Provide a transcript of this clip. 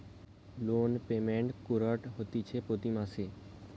loan payment কুরঢ হতিছে প্রতি মাসে